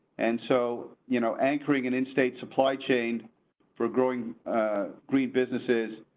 and so you know anchoring and instate supply chain for growing green businesses.